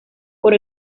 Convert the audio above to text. por